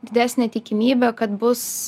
didesnė tikimybė kad bus